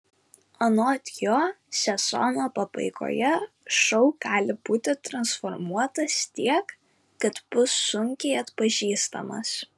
anot jo sezono pabaigoje šou gali būti transformuotas tiek kad bus sunkiai atpažįstamas